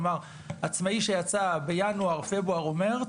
כלומר, עצמאי שיצא בינואר, פברואר או מרץ,